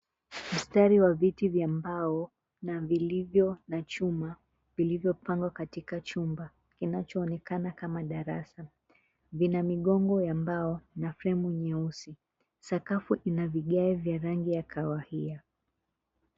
Mstari wa viti vya mbao na vilivyo na chuma vilivyo pangwa katika chumba kinachoonekana kama darasa, vina migongo ya mbao na fremu nyeusi. Sakafu ina vigae vya rangi ya kahawia.